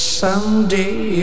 someday